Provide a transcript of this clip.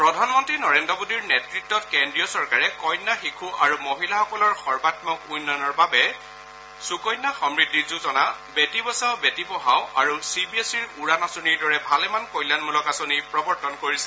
প্ৰধানমন্ত্ৰী নৰেন্দ্ৰ মোদীৰ নেতৃত্বত কেন্দ্ৰীয় চৰকাৰে কন্যা শিশু আৰু মহিলাসকলৰ সৰ্বামক উন্নয়নৰ বাবে সুকন্যা সমৃদ্ধি যোজনা বেটি বচাও বেটি পঢ়াও আৰু চি বি এছ ইৰ উড়ান আঁচনিৰ দৰে ভালেমান কল্যাণমলক আঁচনি প্ৰৱৰ্তন কৰিছে